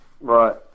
Right